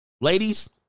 Ladies